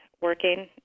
working